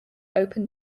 open